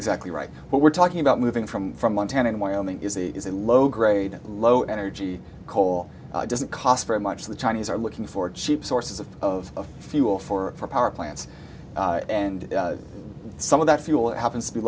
exactly right but we're talking about moving from from montana and wyoming is a is a low grade low energy coal doesn't cost very much the chinese are looking for cheap sources of of fuel for power plants and some of that fuel that happens to be